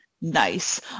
nice